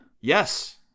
Yes